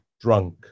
drunk